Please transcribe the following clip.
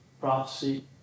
prophecy